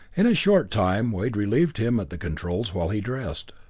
in a short time wade relieved him at the controls while he dressed.